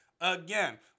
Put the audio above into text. again